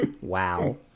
Wow